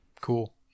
Cool